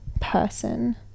person